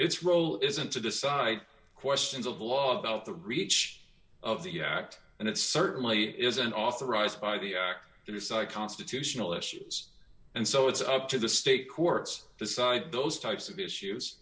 its role isn't to decide questions of law about the breach of the act and it certainly isn't authorized by the act to decide constitutional issues and so it's up to the state courts decide those types of issues